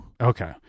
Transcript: Okay